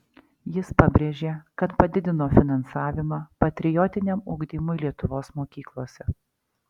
jis pabrėžė kad padidino finansavimą patriotiniam ugdymui lietuvos mokyklose